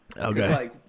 Okay